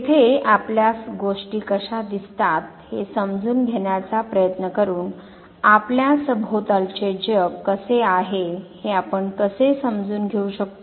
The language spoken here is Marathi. तेथे आपल्यास गोष्टी कशा दिसतात हे समजून घेण्याचा प्रयत्न करून आपल्या सभोवतालचे जग कसे आहे हे आपण कसे समजून घेऊ शकतो